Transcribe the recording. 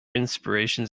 inspirations